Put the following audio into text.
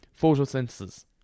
Photosynthesis